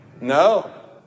No